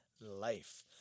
life